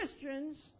Christians